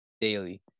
daily